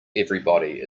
everybody